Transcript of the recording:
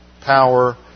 power